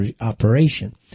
operation